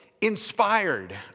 inspired